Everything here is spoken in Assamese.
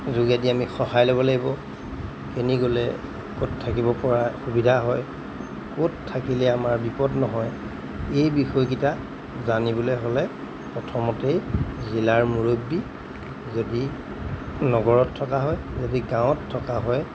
যোগেদি আমি সহায় ল'ব লাগিব কেনি গ'লে ক'ত থাকিব পৰা সুবিধা হয় ক'ত থাকিলে আমাৰ বিপদ নহয় এই বিষয়কেইটা জানিবলৈ হ'লে প্ৰথমতেই জিলাৰ মূৰব্বী যদি নগৰত থকা হয় যদি গাঁৱত থকা হয়